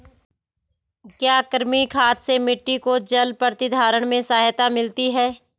क्या कृमि खाद से मिट्टी को जल प्रतिधारण में सहायता मिलती है?